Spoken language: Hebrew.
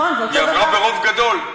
היא עברה ברוב גדול,